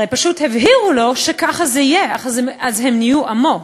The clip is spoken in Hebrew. הרי פשוט הבהירו לו שככה זה יהיה, אז הם נהיו עמו.